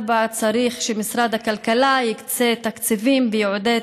4. צריך שמשרד הכלכלה יקצה תקציבים ויעודד